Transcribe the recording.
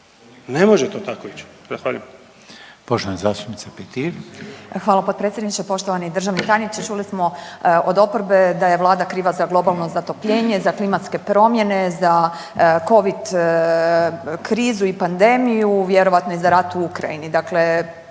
Ne može to tako ić. Zahvaljujem.